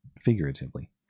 figuratively